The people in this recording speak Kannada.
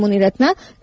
ಮುನಿರತ್ನ ಕೆ